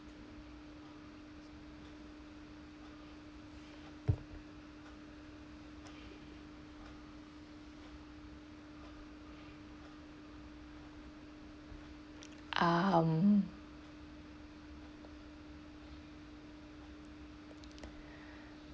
um